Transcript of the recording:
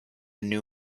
new